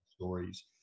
stories